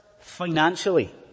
financially